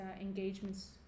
engagements